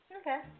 Okay